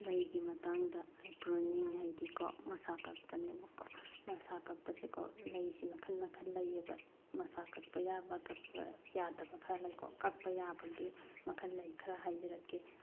ꯂꯩꯒꯤ ꯃꯇꯥꯡꯗ ꯑꯦꯕ꯭ꯔꯣꯅꯤꯡ ꯍꯥꯏꯗꯤꯀꯣ ꯃꯁꯥ ꯀꯛꯄꯅꯦꯕꯀꯣ ꯃꯁꯥ ꯀꯛꯄꯁꯦꯀꯣ ꯂꯩꯁꯤ ꯃꯈꯟ ꯃꯈꯟ ꯂꯩꯌꯦꯕ ꯃꯁꯥ ꯀꯛꯄ ꯌꯥꯕ ꯀꯛꯄ ꯌꯥꯗꯕ ꯈꯔ ꯂꯩꯀꯣ ꯀꯛꯄ ꯌꯥꯕꯒꯤ ꯃꯈꯟ ꯂꯩ ꯈꯔ ꯍꯥꯏꯖꯔꯛꯀꯦ